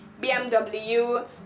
bmw